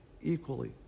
equally